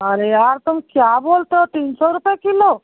अरे यार तुम क्या बोलते हो तीन सौ रुपये किलो